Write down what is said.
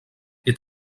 est